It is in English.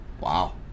Wow